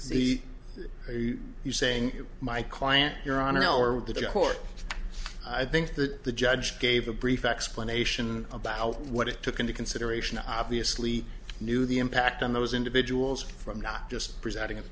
the you saying my client your honor or with the court i think that the judge gave a brief explanation about what it took into consideration obviously knew the impact on those individuals from not just presenting a